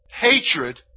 Hatred